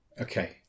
Okay